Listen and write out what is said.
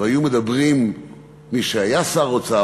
והיו מדברים מי שהיה שר האוצר,